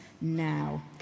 now